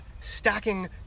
stacking